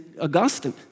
Augustine